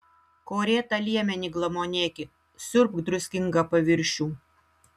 korėtą liemenį glamonėki siurbk druskingą paviršių